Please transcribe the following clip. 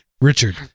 Richard